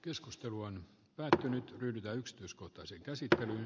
keskustelu on lähtenyt kyyditä yksityiskohtaisia käsitöitä